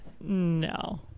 No